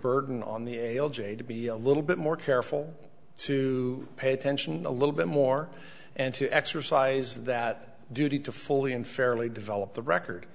burden on the to be a little bit more careful to pay attention a little bit more and to exercise that duty to fully and fairly develop the record